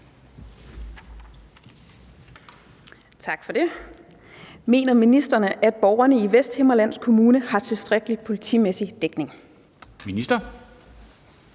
Mener ministeren, at borgerne i Vesthimmerlands Kommune har tilstrækkelig politimæssig dækning?